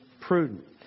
prudent